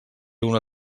una